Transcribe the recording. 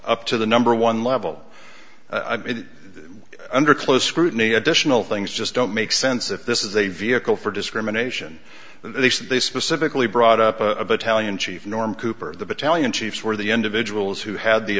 up to the number one level under close scrutiny additional things just don't make sense if this is a vehicle for discrimination they said they specifically brought up a tally in chief norm cooper of the battalion chiefs were the individuals who had the